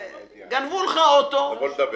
גנבו לך אוטו, תבוא לדווח.